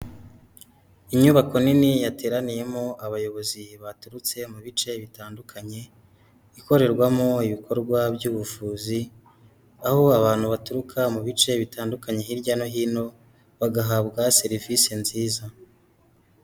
Inyubako nini yateraniyemo abayobozi baturutse mu bice bitandukanye, ikorerwamo ibikorwa by'ubuvuzi, aho abantu baturuka mu bice bitandukanye hirya no hino bagahabwa serivisi nziza.